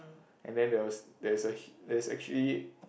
and then there was there's a he there's actually